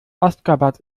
aşgabat